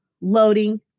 loading